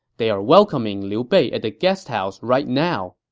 they are welcoming liu bei at the guest house right now.